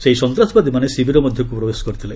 ସେହି ସନ୍ତାସବାଦୀମାନେ ଶିବିର ମଧ୍ୟକୁ ପ୍ରବେଶ କରିଥିଲେ